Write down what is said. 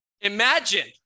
Imagine